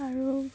আৰু